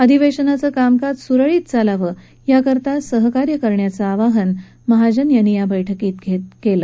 अधिवेशनाचं कामकाज सुरळीत चालावं याकरता सहकार्य करण्याचं आवाहन महाजन यांनी या बैठकीत केलं